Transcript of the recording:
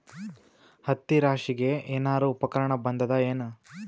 ಹತ್ತಿ ರಾಶಿಗಿ ಏನಾರು ಉಪಕರಣ ಬಂದದ ಏನು?